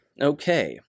Okay